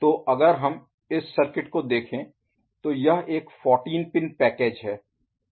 तो अगर हम इस सर्किट को देखें तो यह एक 14 पिन पैकेज है